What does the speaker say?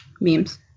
Memes